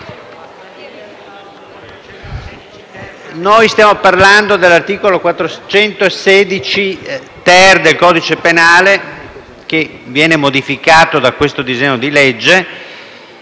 Noi stiamo parlando dell'articolo 416-*ter* del codice penale che viene modificato da questo disegno di legge